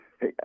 Hey